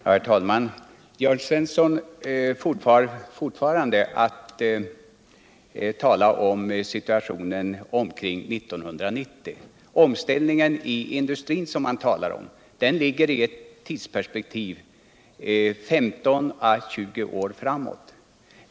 Herr talman! Jörn Svensson talar fortfarande om situationen omkring är 1990. Den omställning av industrin som han talar om ligger i tidsperspektivet 15 å 20 år framåt.